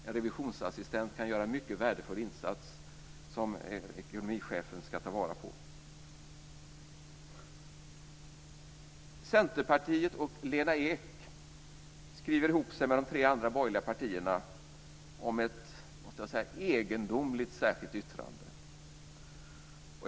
En revisionsassistent kan göra en mycket värdefull insats som ekonomichefen ska ta vara på. Centerpartiet och Lena Ek skriver ihop sig med de tre andra borgerliga partierna om ett, måste jag säga, egendomligt särskilt yttrande.